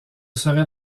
serait